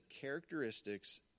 characteristics